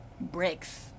bricks